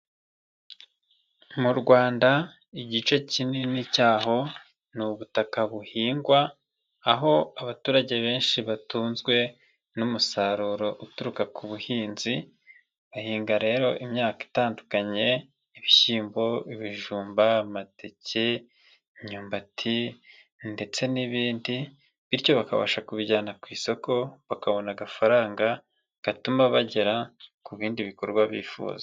Mu Rwanda igice kinini cyaho ni ubutaka buhingwa aho abaturage benshi batunzwe n'umusaruro uturuka ku buhinzi bahinga rero imyaka itandukanye, ibishyimbo, ibijumba, amateke, imyumbati ndetse n'ibindi, bityo bakabasha kubijyana ku isoko bakabona agafaranga gatuma bagera ku bindi bikorwa bifuza.